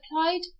applied